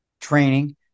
training